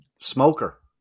Smoker